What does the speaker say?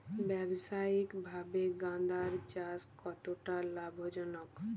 ব্যবসায়িকভাবে গাঁদার চাষ কতটা লাভজনক?